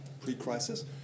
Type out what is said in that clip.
pre-crisis